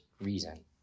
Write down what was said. reason